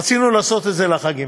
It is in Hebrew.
רצינו לעשות את זה לחגים,